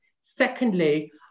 Secondly